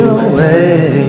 away